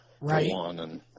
Right